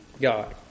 God